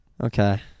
okay